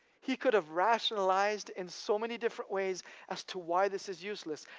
he could have rationalized in so many different ways as to why this is useless.